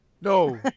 No